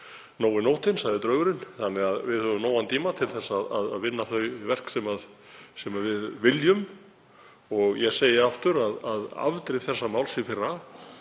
Nóg er nóttin, sagði draugurinn. Við höfum nógan tíma til að vinna þau verk sem við viljum. Ég segi aftur að afdrif þessa máls í fyrra